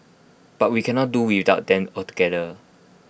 but we cannot do without them altogether